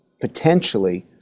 potentially